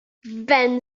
been